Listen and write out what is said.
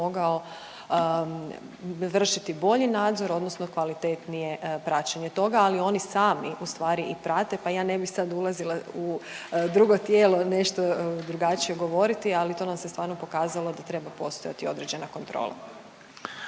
mogao vršiti bolji nadzor odnosno kvalitetnije praćenje toga. Ali oni sami ustvari i prate pa ja ne bi sada ulazila u drugo tijelo nešto drugačije govoriti, ali to nam se stvarno pokazalo da treba postojati određena kontrola.